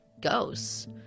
ghosts